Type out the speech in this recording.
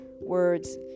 words